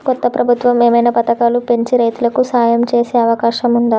కొత్త ప్రభుత్వం ఏమైనా పథకాలు పెంచి రైతులకు సాయం చేసే అవకాశం ఉందా?